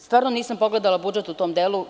Stvarno nisam pogledala budžet u tom delu.